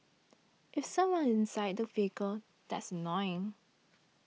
if someone's inside the vehicle that's annoying